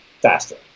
faster